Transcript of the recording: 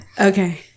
Okay